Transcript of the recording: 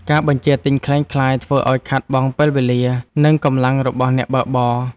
ការបញ្ជាទិញក្លែងក្លាយធ្វើឱ្យខាតបង់ពេលវេលា និងកម្លាំងរបស់អ្នកបើកបរ។